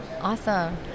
Awesome